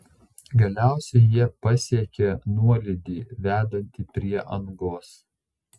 galiausiai jie pasiekė nuolydį vedantį prie angos